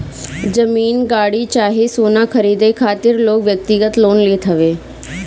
जमीन, गाड़ी चाहे सोना खरीदे खातिर लोग व्यक्तिगत लोन लेत हवे